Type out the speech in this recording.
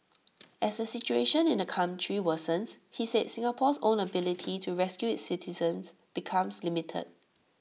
as the situation in the country worsens he said Singapore's own ability to rescue its citizens becomes limited